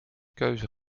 keuze